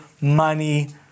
money